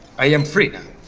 i am free.